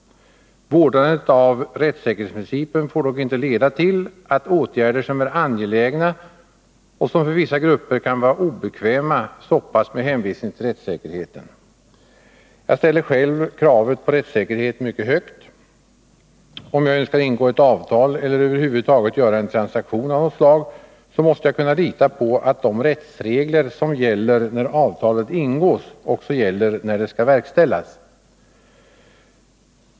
Vårdandet av rättssäkerhetsprincipen får dock inte leda till att åtgärder som är angelägna och som för vissa grupper kan vara obekväma stoppas med hänvisning till rättssäkerheten. Jag värderar själv kravet på rättssäkerhet mycket högt. Om jag önskar ingå ett avtal eller över huvud taget göra en transaktion av något slag, måste jag kunna lita på att de rättsregler som finns när avtalet ingås också gäller när det skall verkställas.